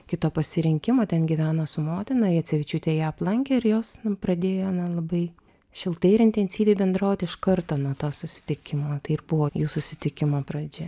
kito pasirinkimo ten gyvena su motina jacevičiūtė ją aplankė ir jos pradėjo na labai šiltai ir intensyviai bendrauti iš karto nuo to susitikimo tai ir buvo jų susitikimo pradžia